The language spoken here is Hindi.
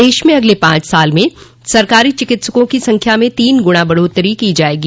प्रदेश में अगले पांच साल में सरकारी चिकित्सकों की संख्या में तीन गुना बढ़ोत्तरी की जायेगी